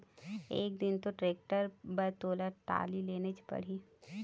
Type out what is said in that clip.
एक दिन तो टेक्टर बर तोला टाली लेनच परही